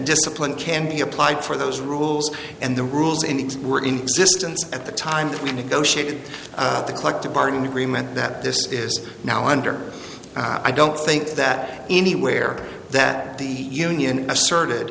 discipline can be applied for those rules and the rules in these were inconsistent at the time that we negotiated the collective bargaining agreement that this is now under i don't think that anywhere that the union asserted